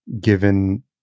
given